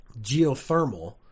geothermal